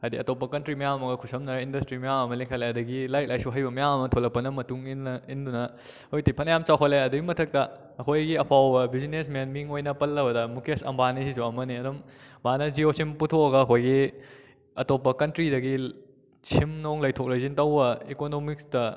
ꯍꯥꯏꯗꯤ ꯑꯇꯣꯞꯄ ꯀꯟꯇ꯭ꯔꯤ ꯃꯌꯥꯝ ꯑꯃꯒ ꯈꯨꯠꯁꯝꯅꯔ ꯏꯟꯗꯁꯇ꯭ꯔꯤ ꯃꯌꯥꯝ ꯑꯃ ꯂꯤꯡꯈꯠꯂꯦ ꯑꯗꯒꯤ ꯂꯥꯏꯔꯤꯛ ꯂꯥꯏꯁꯨ ꯍꯩꯕ ꯃꯌꯥꯝ ꯑꯃ ꯊꯣꯛꯂꯛꯄꯅ ꯃꯇꯨꯡ ꯏꯟꯅ ꯏꯟꯗꯨꯅ ꯍꯧꯖꯤꯛꯇꯤ ꯐꯅꯌꯥꯝ ꯆꯥꯎꯈꯠꯂꯦ ꯑꯗꯨꯒꯤ ꯃꯊꯛꯇ ꯑꯩꯈꯣꯏꯒꯤ ꯑꯐꯥꯎꯕ ꯕꯤꯖꯤꯅꯦꯁꯃꯦꯟ ꯃꯤꯡ ꯑꯣꯏꯅ ꯄꯜꯂꯕꯗ ꯃꯨꯈꯦꯁ ꯑꯝꯕꯥꯅꯤꯁꯤꯁꯨ ꯑꯃꯅꯤ ꯑꯗꯨꯝ ꯃꯥꯅ ꯖꯤꯑꯣ ꯁꯤꯝ ꯄꯨꯊꯣꯛꯂꯒ ꯑꯩꯈꯣꯏꯒꯤ ꯑꯇꯣꯞꯄ ꯀꯟꯇ꯭ꯔꯤꯗꯒꯤ ꯁꯤꯝ ꯅꯨꯡ ꯂꯩꯊꯣꯛ ꯂꯩꯁꯤꯟ ꯇꯧꯕ ꯏꯀꯣꯅꯣꯃꯤꯛꯁꯇ